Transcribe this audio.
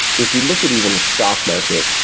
if we look at even the stock market,